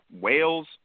Wales